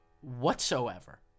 whatsoever